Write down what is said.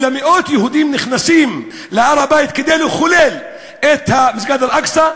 אלא מאות יהודים נכנסים להר-הבית כדי לחלל את מסגד אל-אקצא,